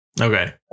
Okay